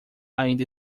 ainda